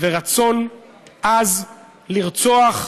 ורצון עז לרצוח.